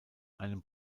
einem